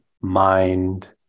mind